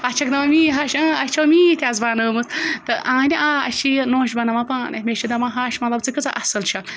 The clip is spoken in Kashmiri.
پَتہٕ چھِکھ دَپان میٛٲنۍ ہَش اَسہِ چھو میٚتھ اَز بَنٲومٕژ تہٕ اَہنہِ آ اَسہِ چھِ یہِ نوٚش بَناوان پانَے مےٚ چھِ دَپان ہَش مطلب ژٕ کۭژاہ اَصٕل چھَکھ